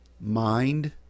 mind